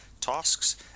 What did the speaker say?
tasks